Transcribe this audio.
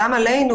גם עלינו,